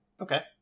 okay